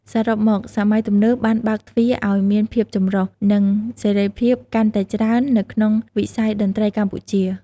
សរុបមក សម័យទំនើបបានបើកទ្វារឱ្យមានភាពចម្រុះ និងសេរីភាពកាន់តែច្រើននៅក្នុងវិស័យតន្ត្រីកម្ពុជា។